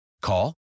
Call